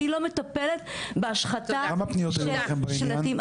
אני לא מטפלת בהשחתה של שלטים.